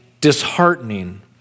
disheartening